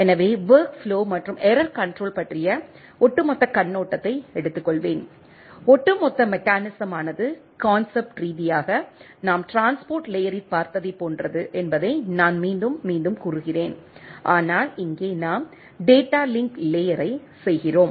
எனவே work flow மற்றும் error control பற்றிய ஒட்டுமொத்த கண்ணோட்டத்தை எடுத்துக்கொள்வேன் ஒட்டுமொத்த மெக்கானிசமானது கான்செப்ட் ரீதியாக நாம் டிரான்ஸ்போர்ட் லேயரில் பார்த்ததைப் போன்றது என்பதை நான் மீண்டும் மீண்டும் கூறுகிறேன் ஆனால் இங்கே நாம் டேட்டா லிங்க் லேயரை செய்கிறோம்